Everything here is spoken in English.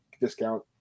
discount